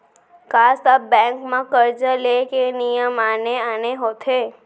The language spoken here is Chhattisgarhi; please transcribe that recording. का सब बैंक म करजा ले के नियम आने आने होथे?